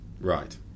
Right